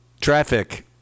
Traffic